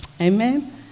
Amen